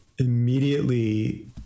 immediately